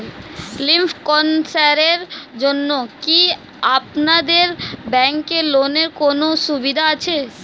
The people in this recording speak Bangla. লিম্ফ ক্যানসারের জন্য কি আপনাদের ব্যঙ্কে লোনের কোনও সুবিধা আছে?